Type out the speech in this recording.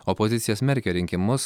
opozicija smerkia rinkimus